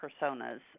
personas